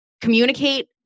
communicate